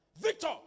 Victor